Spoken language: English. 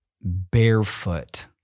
barefoot